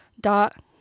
dot